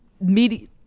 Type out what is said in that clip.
media